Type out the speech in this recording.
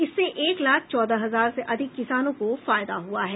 इससे एक लाख चौदह हजार से अधिक किसानों को फायदा हुआ है